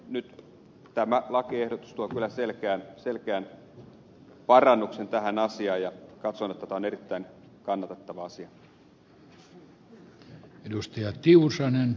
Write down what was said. nyt tämä lakiehdotus tuo kyllä selkeän parannuksen tähän asiaan ja katson että tämä on erittäin kannatettava asia